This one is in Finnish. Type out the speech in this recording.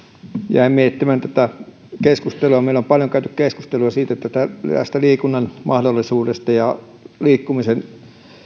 jäin miettimään tätä keskustelua meillä on paljon käyty keskustelua liikunnan mahdollisuudesta ja liikkumisen